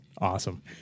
Awesome